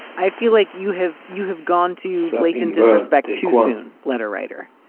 i feel like you have you have gone to blatant disrespect too soon. letter writer.